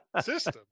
system